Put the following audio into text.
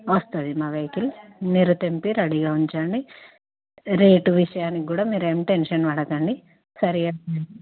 వస్తుంది మా వెహికల్ మీరు తెంపి రేడీగా ఉంచండి రేటు విషయానికి కూడా మీరు ఏమీ టెన్షన్ పడకండి సరిగా